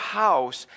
house